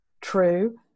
true